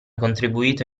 contribuito